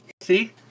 See